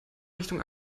richtung